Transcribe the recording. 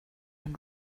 and